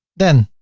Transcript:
then